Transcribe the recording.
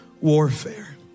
warfare